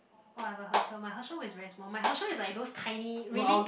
whatever Herschel my Herschel is very small my Herschel is like those tiny really